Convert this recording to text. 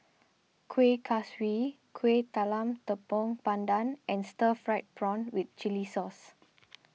Kueh Kaswi Kueh Talam Tepong Pandan and Stir Fried Prawn with Chili Sauce